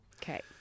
Okay